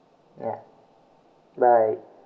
ya bye